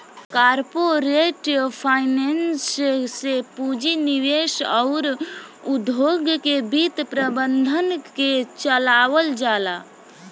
corporate finance से पूंजी निवेश अउर उद्योग के वित्त प्रबंधन के चलावल जाला